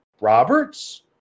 roberts